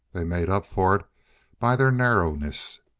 they made up for it by their narrowness.